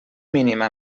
mínima